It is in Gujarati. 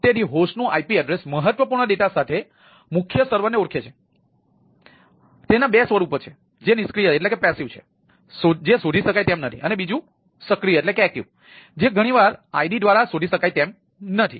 તેથી હોસ્ટ નું IP એડ્રેસ જે ઘણીવાર આઇડી દ્વારા શોધી શકાય તેમ નથી